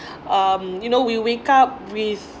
um you know we wake up with